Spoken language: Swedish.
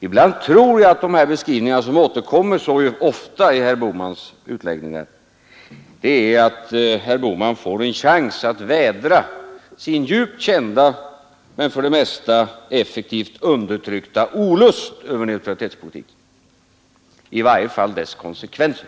Ibland tror jag att anledningen till att de här beskrivningarna så ofta återkommer i herr Bohmans utläggningar är att herr Bohman får en chans att vädra sin djupt kända men för det mesta effektivt undertryckta olust över neutralitetspolitiken — i varje fall dess konsekvenser.